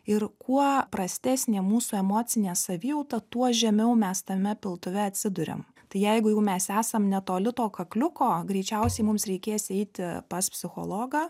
ir kuo prastesnė mūsų emocinė savijauta tuo žemiau mes tame piltuve atsiduriam tai jeigu jau mes esam netoli to kakliuko greičiausiai mums reikės eiti pas psichologą